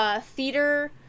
theater